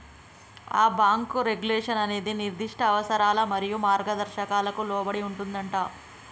ఆ bank regulation అనేది నిర్దిష్ట అవసరాలు మరియు మార్గదర్శకాలకు లోబడి ఉంటుందంటా